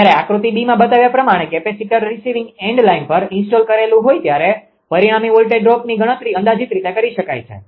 જ્યારે આકૃતિમાં બતાવ્યા પ્રમાણે કેપેસિટર રીસીવિંગ એન્ડ લાઇન પર ઇન્સ્ટોલ કરેલું હોય ત્યારે પરિણામી વોલ્ટેજ ડ્રોપની ગણતરી અંદાજીત રીતે કરી શકાય છે